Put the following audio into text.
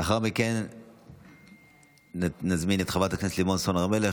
לאחר מכן נזמין את חברת הכנסת לימור סון הר מלך,